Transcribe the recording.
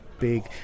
big